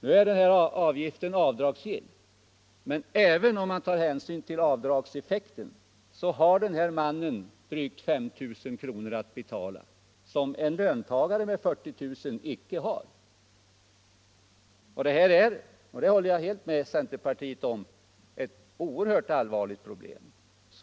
Nu är den här avgiften avdragsgill, men även om man tar hänsyn till avdragseffekten har den här mannen drygt 5 000 att betala, som en löntagare med 40 000 kr. inte har. Det här är — det håller jag helt med centerpartiet om — ett oerhört allvarligt problem.